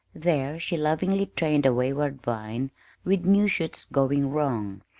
there she lovingly trained a wayward vine with new shoots going wrong,